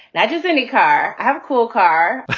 not just any car i have a cool car.